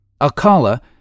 Alcala